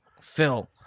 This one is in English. Phil